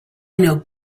know